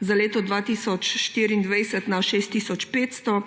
za leto 2024 na 6 tisoč 500